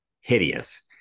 hideous